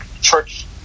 church